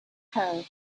her